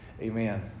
Amen